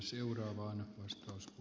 arvoisa puhemies